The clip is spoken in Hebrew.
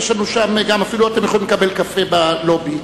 אתם אפילו יכולים לקבל קפה בלובי.